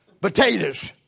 potatoes